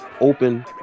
open